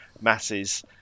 masses